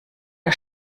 der